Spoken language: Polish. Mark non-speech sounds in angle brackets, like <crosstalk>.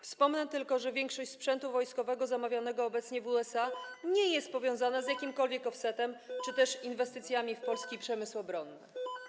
Wspomnę tylko, że większość sprzętu wojskowego zamawianego obecnie w USA <noise> nie jest powiązana z jakimkolwiek offsetem czy też inwestycjami w polski przemysł obronny.